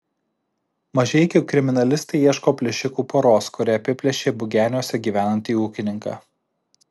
mažeikių kriminalistai ieško plėšikų poros kuri apiplėšė bugeniuose gyvenantį ūkininką